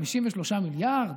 53 מיליארד,